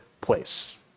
place